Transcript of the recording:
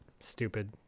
Stupid